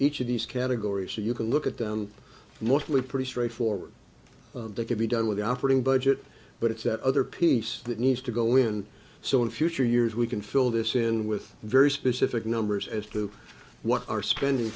each of these categories so you can look at down mostly pretty straightforward that can be done with the operating budget but it's at other piece that needs to go in so in future years we can fill this in with very specific numbers as to what our spending